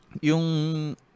yung